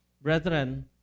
brethren